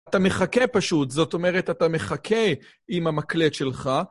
אתה מחכה פשוט, זאת אומרת, אתה מחכה עם המקלט שלך.